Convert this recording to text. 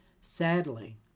Sadly